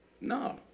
No